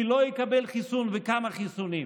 מי לא יקבל חיסון וכמה חיסונים.